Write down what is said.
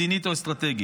מדינית או אסטרטגית.